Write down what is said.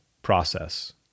process